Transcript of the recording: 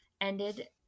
ended